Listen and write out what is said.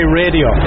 radio